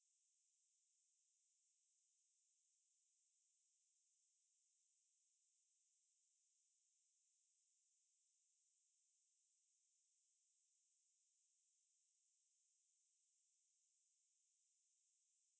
take a video representing some of the forgotten places in singapore so it was one of my sociology modules lah so அது பண்ணிட்டு இருந்தோம்:athu pannittu irunthoam lah then ஒருத்தன் வந்து:orutthan vanthu like group இல்ல வந்து ஐந்து பேர் இருக்கிறோம் ஒருத்தன் வந்து ஒரு வேலையும் பண்ணலை:illa vanthu ainthu paer irukkiroam orutthan vanthu oru velaiyum pannalai then நான் வந்து:naan vanthu